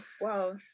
wow